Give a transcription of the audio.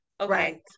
okay